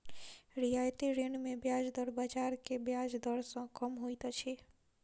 रियायती ऋण मे ब्याज दर बाजार के ब्याज दर सॅ कम होइत अछि